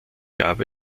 gab